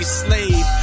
slave